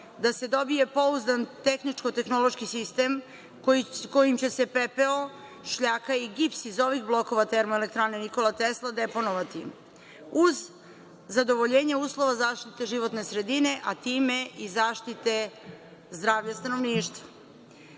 da se dobije pouzdan tehničko-tehnološki sistem kojim će se pepeo, šljaka i gips iz ovih blokova TENT deponovati, uz zadovoljenje uslova zaštite životne sredine, a time i zaštite zdravlja stanovništva.